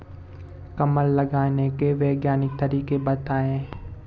कमल लगाने के वैज्ञानिक तरीके बताएं?